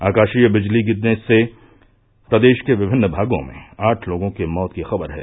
आकाशीय बिजली गिरने से प्रदेश के विभिन्न भागों में आठ लोगों के मौत की खबर है